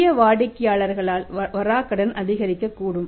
புதிய வாடிக்கையாளர்களால் வராக்கடன் அதிகரிக்கக்கூடும்